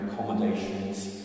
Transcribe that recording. accommodations